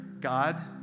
God